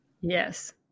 Yes